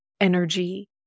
energy